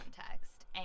context